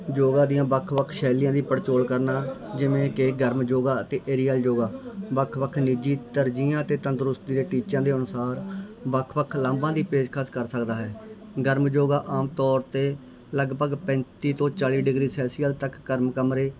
ਯੋਗਾ ਦੀਆਂ ਵੱਖ ਵੱਖ ਸ਼ੈਲੀਆਂ ਦੀ ਪੜਚੋਲ ਕਰਨਾ ਜਿਵੇਂ ਕਿ ਗਰਮ ਯੋਗਾ ਅਤੇ ਏਰੀਅਲ ਯੋਗਾ ਵੱਖ ਵੱਖ ਨਿੱਜੀ ਤਰਜੀਹਾਂ ਅਤੇ ਤੰਦਰੁਸਤੀ ਦੇ ਟੀਚਿਆਂ ਦੇ ਅਨੁਸਾਰ ਵੱਖ ਵੱਖ ਲਾਂਭਾਂ ਦੀ ਪੇਸ਼ਕਸ ਕਰ ਸਕਦਾ ਹੈ ਗਰਮ ਯੋਗਾ ਆਮ ਤੌਰ 'ਤੇ ਲਗਭਗ ਪੈਂਤੀ ਤੋਂ ਚਾਲੀ ਡਿਗਰੀ ਸੈਲਸੀਅਸ ਤੱਕ ਗਰਮ ਕਮਰੇ